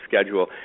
schedule